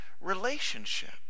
relationship